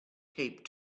taped